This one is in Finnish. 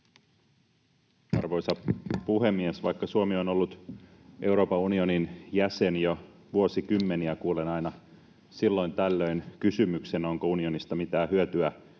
Arvoisa puhemies! Vaikka Suomi on ollut Euroopan unionin jäsen jo vuosikymmeniä, kuulen aina silloin tällöin kysymyksen, onko unionista mitään hyötyä